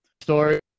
story